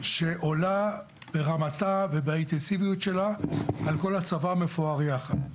שעולה ברמתה ובאינטנסיביות שלה על כל הצבא המפואר יחד,